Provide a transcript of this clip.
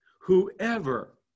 whoever